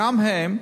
גם הם,